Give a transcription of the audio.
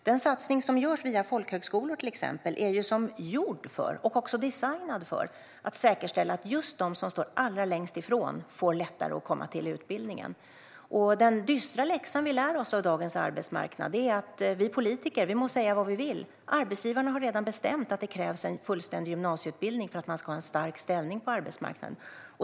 Den satsning som till exempel görs via folkhögskolor är som gjord för, och också designad för, att säkerställa att just de som står allra längst ifrån får lättare att komma till utbildningen. Den dystra läxa som vi lär oss av dagens arbetsmarknad är att vi politiker må säga vad vi vill. Arbetsgivarna har redan bestämt att det krävs en fullständig gymnasieutbildning för att människor ska ha en stark ställning på arbetsmarknaden.